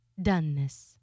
doneness